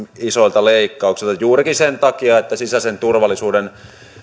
isoilta leikkauksilta juurikin sen takia että sisäisen turvallisuuden